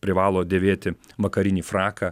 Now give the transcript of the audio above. privalo dėvėti vakarinį fraką